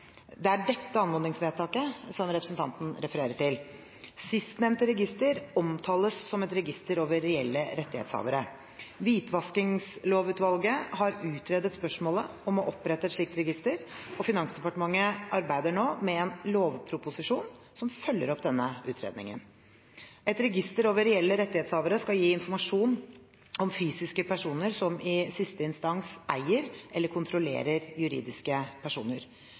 Det er dette anmodningsvedtaket som representanten refererer til. Sistnevnte register omtales som et register over reelle rettighetshavere. Hvitvaskingslovutvalget har utredet spørsmålet om å opprette et slikt register, og Finansdepartementet arbeider nå med en lovproposisjon som følger opp denne utredningen. Et register over reelle rettighetshavere skal gi informasjon om fysiske personer som i siste instans eier eller kontrollerer juridiske personer.